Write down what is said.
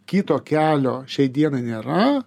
kito kelio šiai dienai nėra